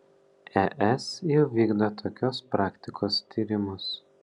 es jau vykdo tokios praktikos tyrimus